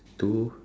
two